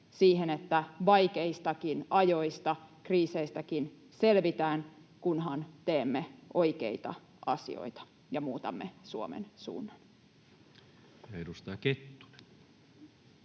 siihen, että vaikeistakin ajoista, kriiseistäkin, selvitään, kunhan teemme oikeita asioita ja muutamme Suomen suunnan. [Speech